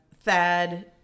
Thad